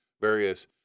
various